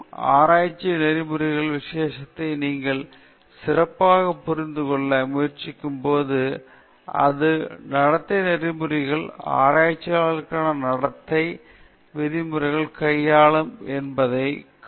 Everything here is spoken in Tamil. இப்போது மீண்டும் ஆராய்ச்சிக் நெறிமுறைகளின் விசேஷத்தை நீங்கள் சிறப்பாக புரிந்துகொள்ள முயற்சிக்கும் போது அது நடத்தை நெறிமுறைகளையும் ஆராய்ச்சியாளர்களுக்கான நடத்தை விதிமுறைகளையும் கையாளும் என்பதை நாம் காணலாம்